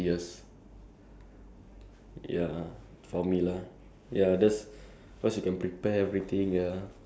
you'll spend you will know that you'll have le~ uh you are left with forty years so you enjoy the rest of your forty years